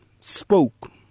spoke